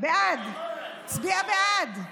בעד, הצביע בעד.